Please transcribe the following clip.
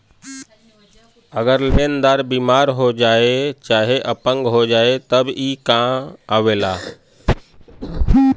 अगर लेन्दार बिमार हो जाए चाहे अपंग हो जाए तब ई कां आवेला